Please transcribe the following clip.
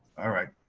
alright.